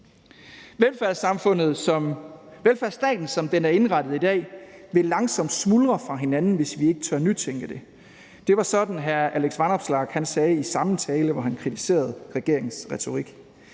»Velfærdsstaten som den er indrettet i dag, vil langsomt smuldre fra hinanden, hvis vi ikke tør nytænke den.« Det var sådan, hr. Alex Vanopslagh sagde i samme tale, hvor han kritiserede regeringens retorik.